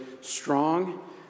strong